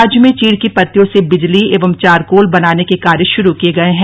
राज्य में चीड़ की पत्तियों से बिजली एवं चारकोल बनाने के कार्य शुरू किये गये हैं